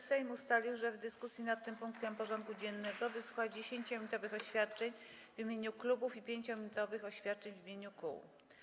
Sejm ustalił, że w dyskusji nad tym punktem porządku dziennego wysłucha 10-minutowych oświadczeń w imieniu klubów i 5-minutowych oświadczeń w imieniu kół.